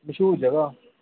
मशहूर जगहा